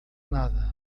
nada